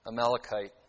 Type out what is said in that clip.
Amalekite